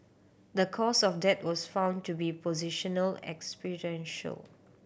the cause of death was found to be positional